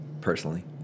Personally